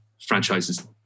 franchise's